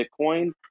Bitcoin